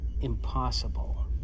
impossible